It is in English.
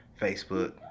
Facebook